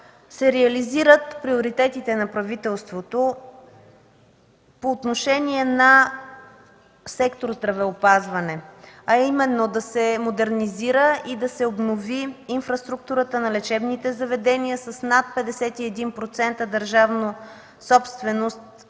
се реализират приоритетите на правителството по отношение на сектор „Здравеопазване”, а именно да се модернизира и обнови инфраструктурата на лечебните заведения с над 51% държавна собственост